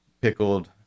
pickled